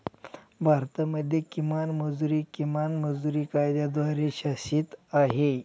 भारतामध्ये किमान मजुरी, किमान मजुरी कायद्याद्वारे शासित आहे